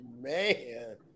Man